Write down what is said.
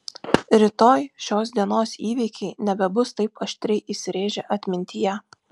rytoj šios dienos įvykiai nebebus taip aštriai įsirėžę atmintyje